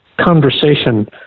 conversation